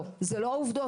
לא, אלה לא העובדות.